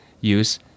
use